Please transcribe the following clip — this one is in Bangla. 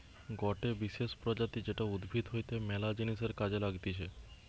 গটে বিশেষ প্রজাতি যেটা উদ্ভিদ হইতে ম্যালা জিনিসের কাজে লাগতিছে